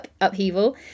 upheaval